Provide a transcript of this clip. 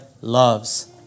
loves